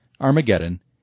Armageddon